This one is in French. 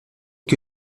que